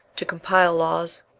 to compile laws,